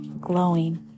glowing